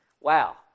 Wow